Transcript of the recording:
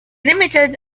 limited